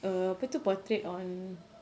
err apa tu portrait on